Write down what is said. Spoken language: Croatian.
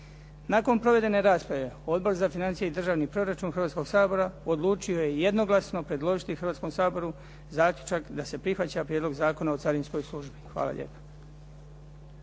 Nakon provedene rasprave Odbor za financije i državni proračun Hrvatskog sabora, odlučio je jednoglasno predložiti Hrvatskom saboru zaključak da se prihvaća Prijedlog Zakona o carinskoj službi. Hvala lijepa.